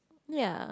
ya